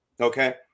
Okay